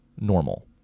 normal